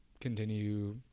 Continue